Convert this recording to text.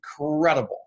incredible